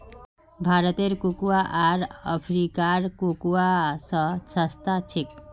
भारतेर कोकोआ आर अफ्रीकार कोकोआ स सस्ता छेक